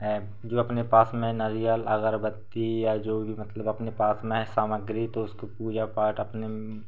जो अपने पास में नारियल अगरबत्ती या जो भी मतलब अपने पास में है सामग्री तो उसको पूजा पाठ अपने